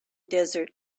desert